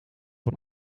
een